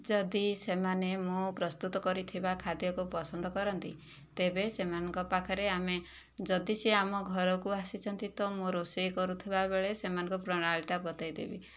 ଯଦି ସେମାନେ ମୋ ପ୍ରସ୍ତୁତ କରିଥିବା ଖାଦ୍ୟକୁ ପସନ୍ଦ କରନ୍ତି ତେବେ ସେମାନଙ୍କ ପାଖରେ ଆମେ ଯଦି ସେ ଆମ ଘରକୁ ଆସିଛନ୍ତି ତ ମୁଁ ରୋଷେଇ କରୁଥିବା ବେଳେ ସେମାନଙ୍କୁ ପ୍ରଣାଳୀଟା ବତାଇ ଦେବି